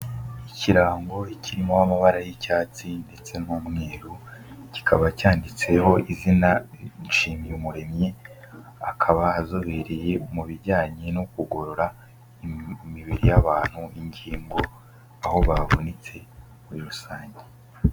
Ikirango kirimo amabara y'icyatsi ndetse n'umweru, kikaba cyanditseho izina Nshimyumuremyi, akaba azobereye mu bijyanye no kugorora imibiri y'abantu ingingo aho bavunitse muri rusange.